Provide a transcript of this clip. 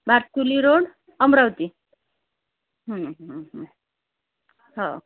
Barkuli road Amravati हो